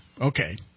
okay